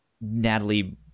Natalie